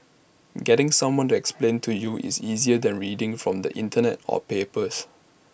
getting someone to explain to you is easier than reading from the Internet or papers